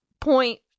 point